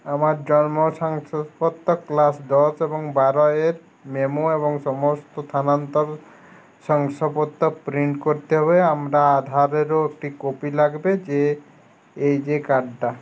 আমার জন্ম শংসাপত্র ক্লাস দশ এবং বারো এর মেমো এবং সমস্ত স্থানান্তর শংসাপত্র প্রিন্ট করতে হবে আমরা আধারেরও একটা কপি লাগবে যে এই যে কাডটা